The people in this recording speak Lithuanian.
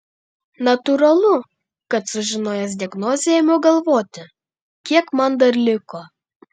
natūralu kad sužinojęs diagnozę ėmiau galvoti kiek man dar liko